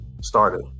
started